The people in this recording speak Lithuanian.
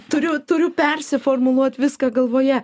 turiu turiu persiformuluot viską galvoje